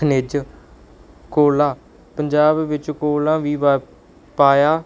ਖਣਿਜ ਕੋਲਾ ਪੰਜਾਬ ਵਿੱਚ ਕੋਲਾ ਵੀ ਵ ਪਾਇਆ